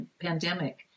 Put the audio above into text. pandemic